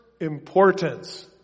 importance